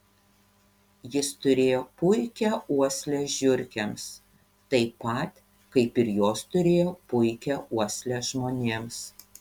jis turėjo puikią uoslę žiurkėms taip pat kaip ir jos turėjo puikią uoslę žmonėms